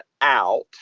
out